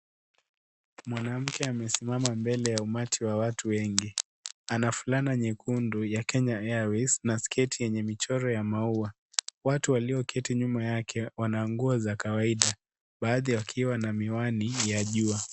Mwanamke amesimama mbele ya umati wa watu wengi ana fulana nyekundu ya Kenya airways na sketi yenye michoro ya maua watu walio keti nyuma yake wana nguo za kawaida baadhi wakiwa na miwani ya jua.